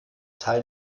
teil